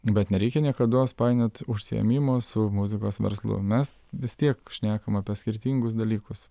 bet nereikia niekados painiot užsiėmimo su muzikos verslu mes vis tiek šnekam apie skirtingus dalykus